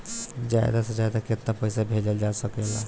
ज्यादा से ज्यादा केताना पैसा भेजल जा सकल जाला?